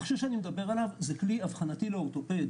המכשיר שאני מדבר עליו זה כלי אבחנתי לאורתופד.